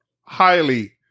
highly